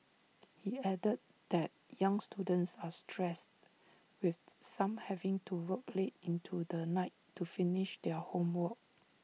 he added that young students are stressed with some having to work late into the night to finish their homework